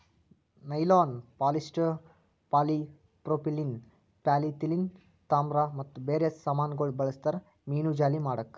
nylon, polyester, polypropylene, polyethylene, ತಾಮ್ರ ಮತ್ತ ಬೇರೆ ಸಾಮಾನಗೊಳ್ ಬಳ್ಸತಾರ್ ಮೀನುಜಾಲಿ ಮಾಡುಕ್